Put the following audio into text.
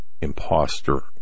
imposter